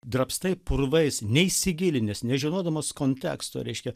drabstai purvais neįsigilinęs nežinodamas konteksto reiškia